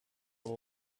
with